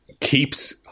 keeps